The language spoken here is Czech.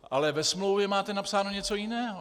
Ale ve smlouvě máte napsáno něco jiného.